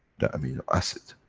the amino acid.